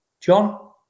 John